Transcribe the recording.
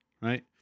right